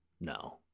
no